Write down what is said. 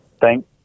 Thank